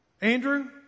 Andrew